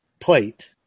plate